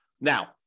Now